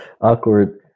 Awkward